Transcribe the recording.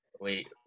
wait